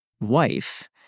wife